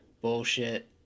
bullshit